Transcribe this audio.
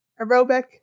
aerobic